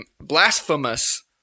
blasphemous